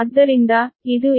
ಆದ್ದರಿಂದ ಇದು h